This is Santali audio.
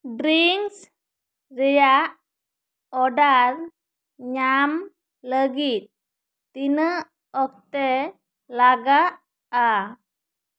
ᱰᱨᱤᱝᱠᱥ ᱨᱮᱭᱟᱜ ᱚᱰᱟᱨ ᱧᱟᱢ ᱞᱟᱜᱤᱫ ᱛᱤᱱᱟᱹᱜ ᱚᱠᱛᱮ ᱞᱟᱹᱜᱟᱜᱼᱟ